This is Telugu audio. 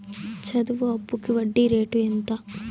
చదువు అప్పుకి వడ్డీ రేటు ఎంత?